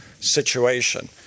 situation